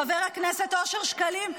חבר הכנסת אושר שקלים,